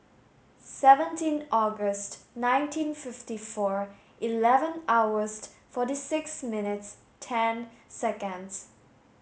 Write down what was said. seventeen August nineteen fifty four eleven hours forty six minutes ten seconds